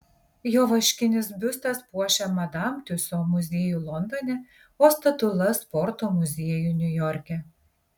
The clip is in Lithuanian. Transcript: jo vaškinis biustas puošia madam tiuso muziejų londone o statula sporto muziejų niujorke